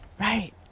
Right